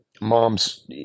mom's